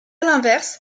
l’inverse